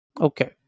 Okay